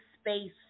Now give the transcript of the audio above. space